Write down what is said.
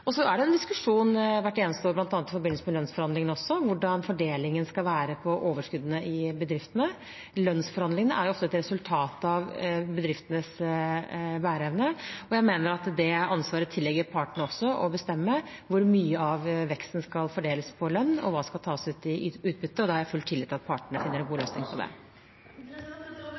Så er det en diskusjon hvert eneste år, bl.a. i forbindelse med lønnsforhandlingene, om hvordan fordelingen av overskuddet i bedriftene skal være. Lønnsforhandlingene er jo ofte et resultat av bedriftenes bæreevne, og jeg mener at det tilligger partene også det ansvaret å bestemme hvor mye av veksten som skal fordeles på lønn, og hva som skal tas ut i utbytte. Der har jeg full tillit til at partene … Kari Elisabeth Kaski – ver så god. Dette er overhodet ikke på